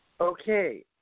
Okay